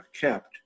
kept